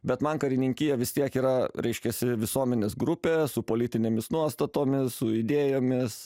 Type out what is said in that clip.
bet man karininkija vis tiek yra reiškiasi visuomenės grupė su politinėmis nuostatomis su idėjomis